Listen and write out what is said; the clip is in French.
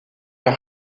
leur